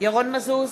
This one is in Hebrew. ירון מזוז,